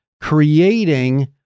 creating